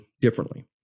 differently